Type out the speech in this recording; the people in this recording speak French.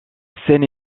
scène